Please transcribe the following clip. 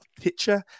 picture